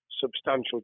Substantial